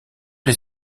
les